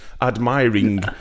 Admiring